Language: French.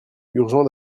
urgent